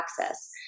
access